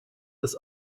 das